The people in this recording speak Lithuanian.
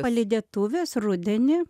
palydėtuvės rudenį